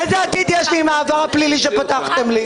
איזה עתיד יש לי עם העבר הפלילי שפתחתם לי?